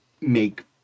make